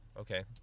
Okay